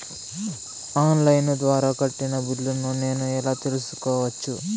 On line ద్వారా కట్టిన బిల్లును నేను ఎలా తెలుసుకోవచ్చు?